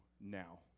now